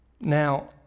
Now